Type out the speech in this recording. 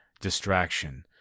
distraction